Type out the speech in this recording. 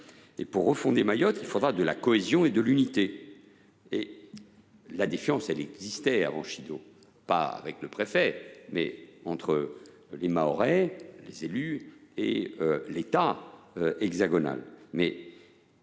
Pour refonder Mayotte, il faut de la cohésion et de l’unité. Si la défiance existait avant Chido – non pas à l’égard du préfet, mais entre les Mahorais, les élus et l’État hexagonal